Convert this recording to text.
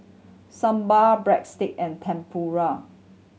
Sambar Breadstick and Tempura